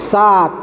सात